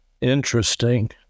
Interesting